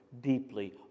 deeply